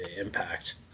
impact